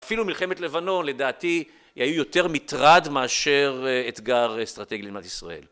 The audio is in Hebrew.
אפילו מלחמת לבנון לדעתי היו יותר מטרד מאשר אתגר אסטרטגי למדינת ישראל